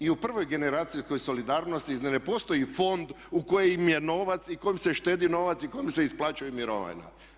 I u prvoj generacijskoj solidarnosti zar ne postoji fond u kojem je novac i kojim se štedi novac i kojim se isplaćuje mirovina.